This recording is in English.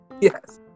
Yes